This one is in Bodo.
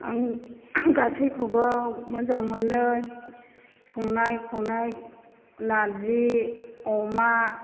आं गासैखौबो मोजां मोनो संनाय खावनाय नारजि अमा